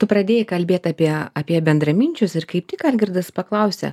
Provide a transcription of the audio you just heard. tu pradėjai kalbėti apie apie bendraminčius ir kaip tik algirdas paklausė